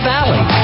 Valley